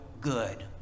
good